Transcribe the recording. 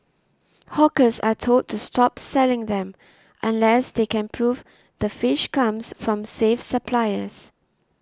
hawkers are told to stop selling them unless they can prove the fish comes from safe suppliers